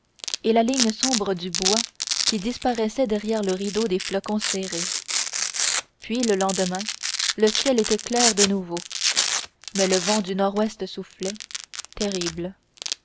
et la ligne sombre du bois qui disparaissait derrière le rideau des flocons serrés puis le lendemain le ciel était clair de nouveau mais le vent du nord-ouest soufflait terrible